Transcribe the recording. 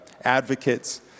advocates